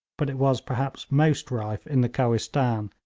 but it was perhaps most rife in the kohistan,